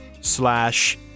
slash